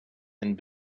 and